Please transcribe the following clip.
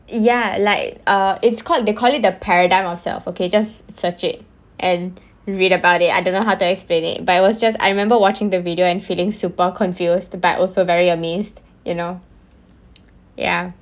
ya like uh it's called they call it the paradigm of self okay just search it and read about it I don't know how to explain it but it was just I remember watching the video and feeling super confused but also very amazed you know ya